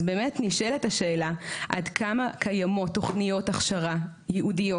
אז באמת נשאלת השאלה עד כמה קיימות תכניות הכשרה ייעודיות,